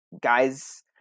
guys